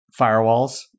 firewalls